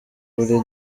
buri